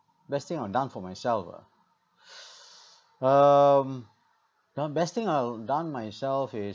best thing I've done for myself ah um the best thing I've done myself is